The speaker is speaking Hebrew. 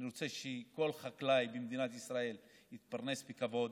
אני רוצה שכל חקלאי במדינת ישראל יתפרנס בכבוד.